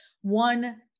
one